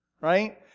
right